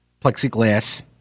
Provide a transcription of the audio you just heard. plexiglass